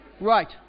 Right